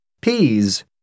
Peas